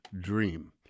Dream